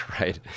right